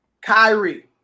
Kyrie